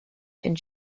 and